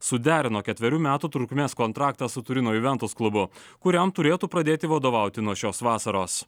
suderino ketverių metų trukmės kontraktą su turino juventos klubu kuriam turėtų pradėti vadovauti nuo šios vasaros